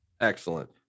Excellent